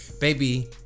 baby